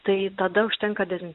tai tada užtenka dezinfekuoti